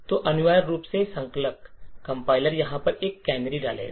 तो अनिवार्य रूप से संकलक यहां पर एक कैनरी डालेंगा